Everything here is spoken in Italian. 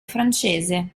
francese